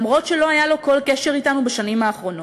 אף שלא היה לו כל קשר אתנו בשנים האחרונות.